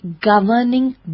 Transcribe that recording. Governing